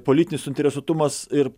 politinis suinteresuotumas ir